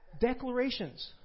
Declarations